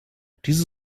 diese